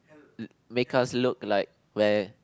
make us look like we're